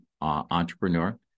entrepreneur